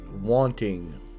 wanting